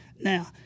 now